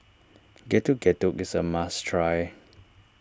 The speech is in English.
Getuk Getuk is a must try